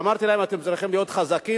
אמרתי להם: אתם צריכים להיות חזקים.